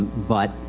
but,